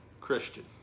Christian